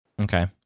Okay